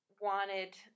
wanted